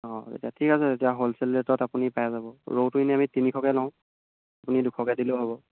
অঁ তেতিয়া ঠিক আছে তেতিয়া হ'লছেল ৰেটত আপুনি পাই যাব ৰৌটো এনেই আমি তিনিশকৈ লওঁ আপুনি দুশকৈ দিলেও হ'ব